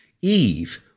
Eve